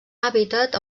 hàbitat